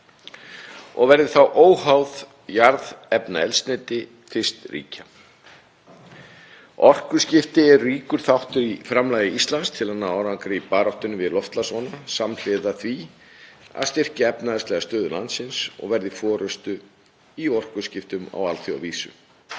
og verði þá óháð jarðefnaeldsneyti fyrst ríkja. Orkuskipti eru ríkur þáttur í framlagi Íslands til að ná árangri í baráttunni við loftslagsvána samhliða því að styrkja efnahagslega stöðu landsins og vera í forystu í orkuskiptum á alþjóðavísu.